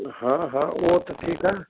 हा हा उहा सभु ठीकु आहे